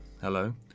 Hello